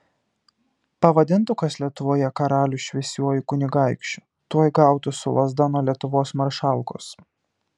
pavadintų kas lietuvoje karalių šviesiuoju kunigaikščiu tuoj gautų su lazda nuo lietuvos maršalkos